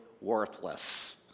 worthless